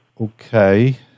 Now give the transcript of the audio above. Okay